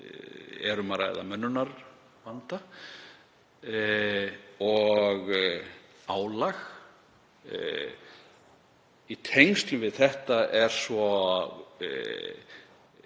er um að ræða mönnunarvanda og álag. Í tengslum við það er svo